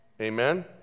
Amen